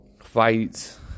fights